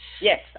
Yes